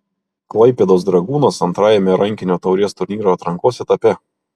klaipėdos dragūnas antrajame rankinio taurės turnyro atrankos etape